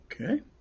Okay